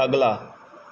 ਅਗਲਾ